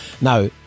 now